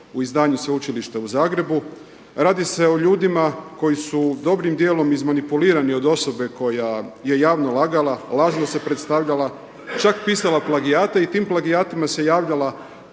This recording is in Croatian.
u izdanju Sveučilišta u Zagrebu. Radi se o ljudima koji su dobrim dijelom izmanipulirani od osobe koja je javno lagala, lažno se predstavljala, čak pisala plagijate i tim plagijatima se javljala